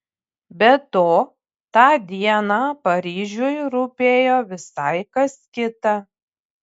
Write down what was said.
be to tą dieną paryžiui rūpėjo visai kas kita